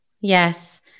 Yes